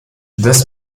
das